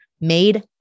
made